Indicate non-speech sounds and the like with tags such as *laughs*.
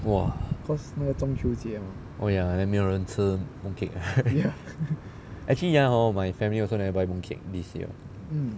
!wah! oh ya then 没有人吃 mooncake *laughs* actually ya hor my family also never buy mooncake this year